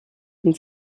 and